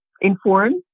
informed